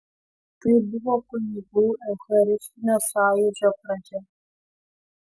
tai buvo kunigų eucharistinio sąjūdžio pradžia